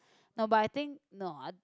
no but I think no uh